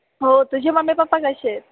हो तुझी mummy papa कसे